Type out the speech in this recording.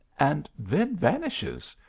and then vanishes,